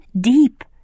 deep